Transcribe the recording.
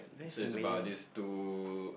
so it's about this two